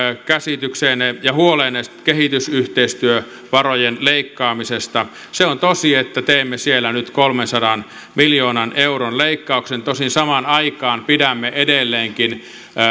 käsitykseenne ja huoleenne kehitysyhteistyövarojen leikkaamisesta se on tosi että teemme siellä nyt kolmensadan miljoonan euron leikkauksen tosin samaan aikaan pidämme edelleenkin